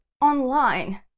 online